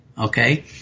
okay